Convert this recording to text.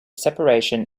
separation